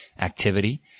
activity